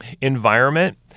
Environment